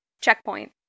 checkpoint